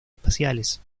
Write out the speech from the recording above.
espaciales